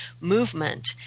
movement